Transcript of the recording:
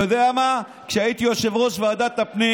אתה יודע מה, כשהייתי יושב-ראש ועדת הפנים,